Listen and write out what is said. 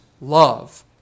love